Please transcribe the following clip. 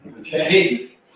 okay